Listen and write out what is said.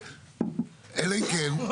אלא אם כן,